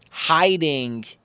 Hiding